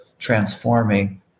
transforming